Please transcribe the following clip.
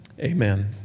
Amen